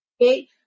Okay